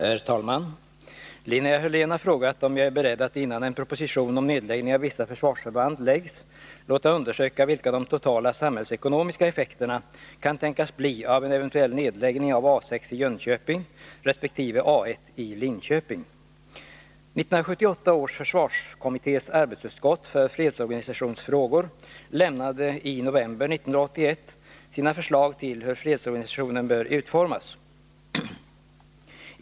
Herr talman! Linnea Hörlén har frågat om jag är beredd att innan en proposition om nedläggning av vissa försvarsförband läggs fram låta undersöka vilka de totala samhällsekonomiska effekterna kan tänkas bli av en eventuell nedläggning av A 6 i Jönköping resp. A 1:i Linköping. 1978 års försvarskommittés arbetsutskott för fredsorganisationsfrågor lämnade i november 1981 sina förslag till hur fredsorganisationen bör utformas.